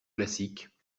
classique